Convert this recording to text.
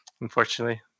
unfortunately